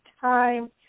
time